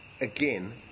again